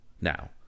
now